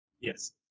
Yes